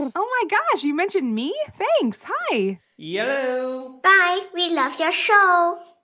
and oh, my gosh. you mentioned me? thanks. hi yo bye. we love your show